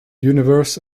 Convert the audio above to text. universe